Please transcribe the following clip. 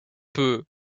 peu